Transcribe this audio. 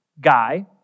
guy